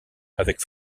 avec